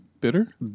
bitter